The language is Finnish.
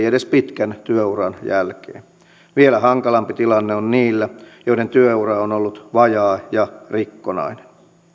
edes pitkän työuran jälkeen vielä hankalampi tilanne on niillä joiden työura on ollut vajaa ja rikkonainen